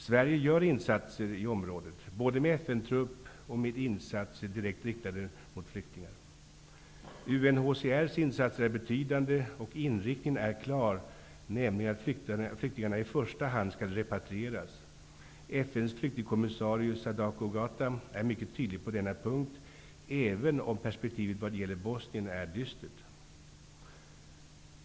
Sverige gör insatser i området både med FN-trupp och med insatser direkt riktade till flyktingar. UNHCR:s insatser är betydande, och inriktningen är klar, nämligen att flyktingarna i första hand skall repatrieras. FN:s flyktingkommissarie Sadako Ogata är mycket tydlig på denna punkt, även om perspektivet vad gäller Bosnien är dystert.